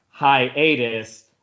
hiatus